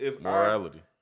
morality